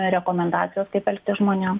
rekomendacijos kaip elgtis žmonėm